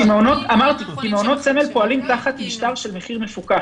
כי מעונות עם סמל פועלים תחת משטר של מחיר מפוקח.